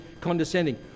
condescending